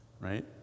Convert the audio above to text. right